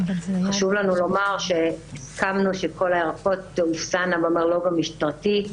וחשוב לנו לומר שהסכמנו שכל הערכות תאופסנה במרלו"ג המשטרתי,